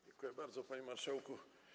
Dziękuję bardzo, panie marszałku.